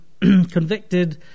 convicted